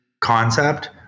concept